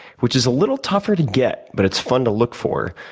which is a little tougher to get but it's fun to look for,